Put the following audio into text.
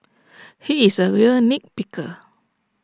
he is A real nit picker